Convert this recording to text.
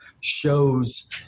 shows